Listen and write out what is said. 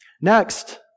Next